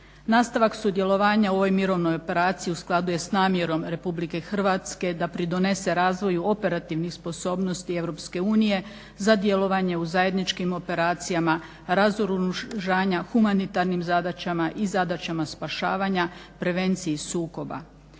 Nastavak sudjelovanja u ovoj mirovnoj operaciju u skladu je s namjerom Republike Hrvatske da pridonese razvoju operativnih sposobnosti Europske unije za djelovanje u zajedničkim operacijama, razoružanja, humanitarnim zadaćama i zadaćama spašavanja, prevenciji sukoba.